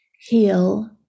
heal